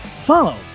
follow